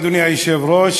אדוני היושב-ראש,